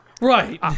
Right